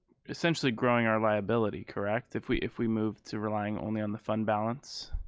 essentially growing our liability, correct? if we if we move to relying only on the fund balance,